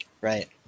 Right